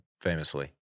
famously